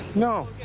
no,